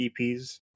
EPs